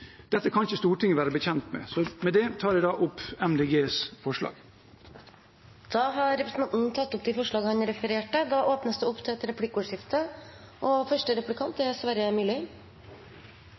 Dette kan ikke Stortinget være bekjent av. Med det tar jeg opp Miljøpartiet De Grønnes forslag. Representanten Per Espen Stoknes har tatt opp de forslagene han refererte til.